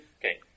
Okay